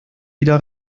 wieder